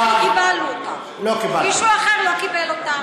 אנחנו קיבלנו אותה, מישהו אחר לא קיבל אותה.